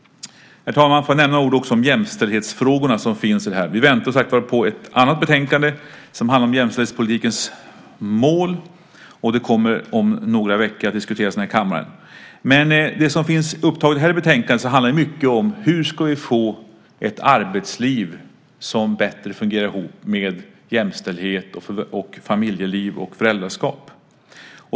Herr talman! Får jag också nämna några ord om jämställdhetsfrågorna som finns i det här. Vi väntar, som sagt var, på ett annat betänkande som handlar om jämställdhetspolitikens mål. Det kommer om några veckor att diskuteras i den här kammaren. Men det som finns upptaget i det här betänkandet handlar mycket om hur vi ska få ett arbetsliv som bättre fungerar ihop med jämställdhet, familjeliv och föräldraskap.